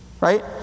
right